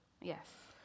Yes